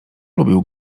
lubił